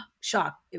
shock